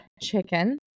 chicken